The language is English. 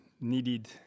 needed